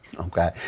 Okay